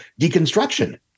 deconstruction